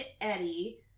Eddie